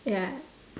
ya